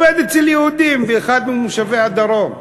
באחד ממושבי הדרום,